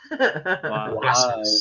Wow